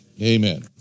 Amen